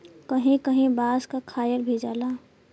कहीं कहीं बांस क खायल भी जाला